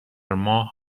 ماه